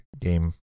game